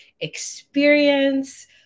experience